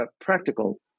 practical